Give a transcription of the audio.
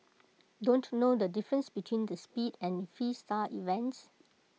don't know the difference between the speed and Freestyle events